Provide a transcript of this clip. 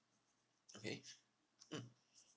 okay mm